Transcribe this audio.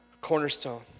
cornerstone